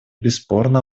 бесспорно